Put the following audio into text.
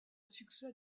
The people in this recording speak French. succès